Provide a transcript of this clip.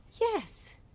Yes